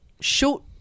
Short